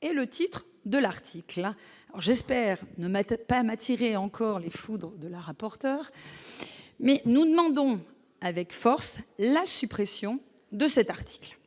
et le titre de l'article à j'espère ne mettent pas m'attirer encore les foudres de la rapporteure, mais nous demandons avec force la suppression de cet article.